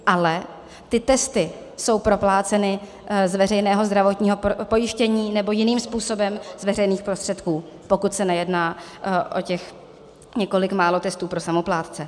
Ale ty testy jsou propláceny z veřejného zdravotního pojištění nebo jiným způsobem z veřejných prostředků, pokud se nejedná o těch několik málo testů pro samoplátce.